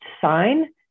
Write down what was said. sign